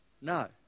No